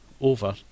over